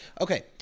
Okay